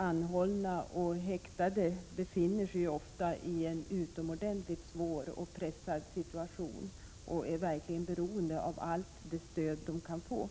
Anhållna och häktade befinner sig ju ofta i en utomordentligt svår och pressad situation. Därför är de verkligen beroende av allt det stöd som de kan få.